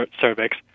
cervix